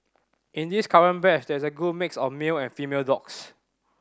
in this current batch there is a good mix of male and female dogs